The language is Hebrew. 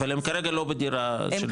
אבל הם כרגע לא בדירה של דיור ציבורי?